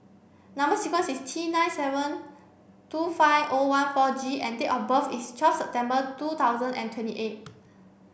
number sequence is T nine seven two five O one four G and date of birth is twelve September two thousand and twenty eight